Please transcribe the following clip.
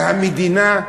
והמדינה,